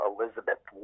Elizabeth